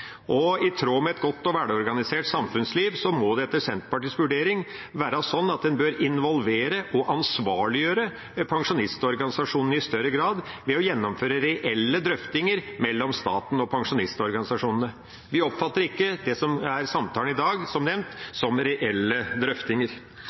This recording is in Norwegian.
I tråd med et godt og velorganisert samfunnsliv må det etter Senterpartiets vurdering være sånn at en bør involvere og ansvarliggjøre pensjonistorganisasjonene i større grad ved å gjennomføre reelle drøftinger mellom staten og pensjonistorganisasjonene. Vi oppfatter ikke, som nevnt, det som er samtalen i dag, som